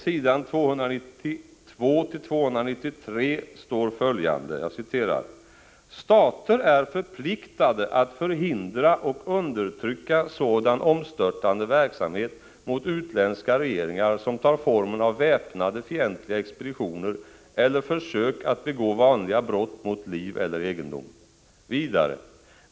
73 ”Stater är förpliktade att förhindra och understryka sådan omstörtande verksamhet mot utländska regeringar som tar formen av väpnade fientliga expeditioner eller försök att begå vanliga brott mot liv eller egendom.